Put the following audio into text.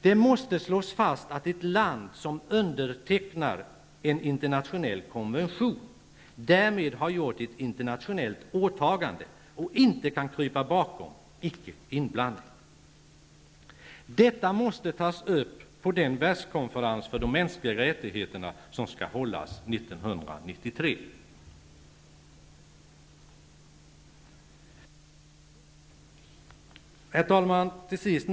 Det måste slås fast att ett land, som untertecknar en internationell konvention, därmed har gjort ett internationellt åtagande och inte kan krypa bakom ''ickeinblandning''. Detta måste tas upp på den världskonferens för de mänskliga rättigheterna, som skall hållas 1993. Herr talman!